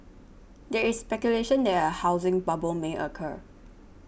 there is speculation that a housing bubble may occur